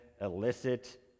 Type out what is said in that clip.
illicit